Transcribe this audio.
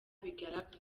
bigaragara